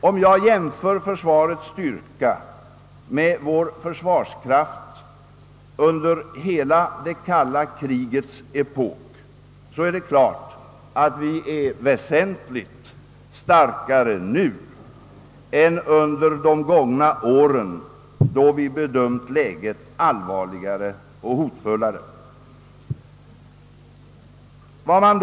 Om man jämför försvarets nuvarande styrka med vår försvarskraft under hela det kalla krigets epok, är det klart, att den är väsentligt större nu än under de gångna åren då vi bedömde läget som allvarligare och hotfullare än i dag.